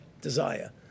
desire